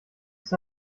ist